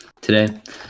today